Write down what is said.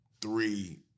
three